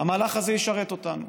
המהלך הזה ישרת אותנו.